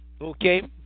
okay